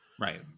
Right